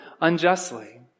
unjustly